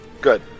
good